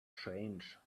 change